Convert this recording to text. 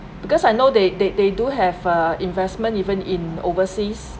because I know they they they do have uh investment even in overseas